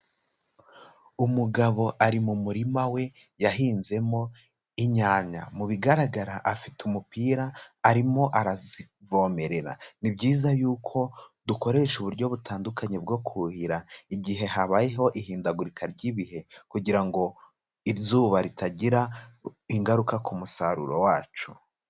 Umugabo ari mu murima we yahinzemo inyanya, mu bigaragara afite umupira arimo arazivomerera, ni byiza yuko dukoresha uburyo butandukanye bwo kuhira igihe habayeho ihindagurika ry'ibihe, kugira ngo izuba ritagira ingaruka ku musaruro wacu.